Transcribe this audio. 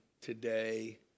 today